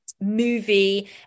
movie